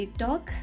talk